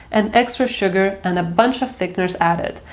and extra sugar and a bunch of thickeners added,